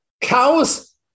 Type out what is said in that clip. Cows